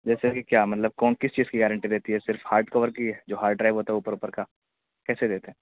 جیسے کہ کیا مطلب کون کس چیز کی گیارنٹی رہتی ہے صرف ہارڈ کور کی جو ہارڈ ڈرائیو ہوتا ہے اوپر اوپر کا کیسے دیتے ہیں